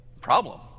problem